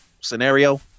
scenario